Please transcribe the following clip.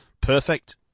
Perfect